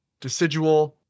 decidual